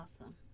awesome